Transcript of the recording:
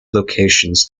locations